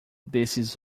desses